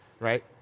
Right